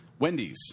Wendy's